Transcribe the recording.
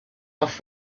off